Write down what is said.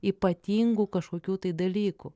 ypatingų kažkokių tai dalykų